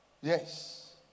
Yes